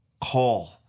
call